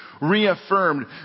reaffirmed